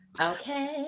Okay